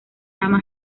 dama